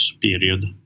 period